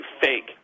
fake